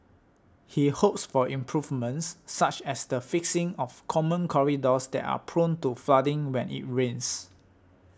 he hopes for improvements such as the fixing of common corridors that are prone to flooding when it rains